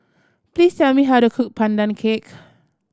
please tell me how to cook Pandan Cake